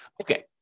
Okay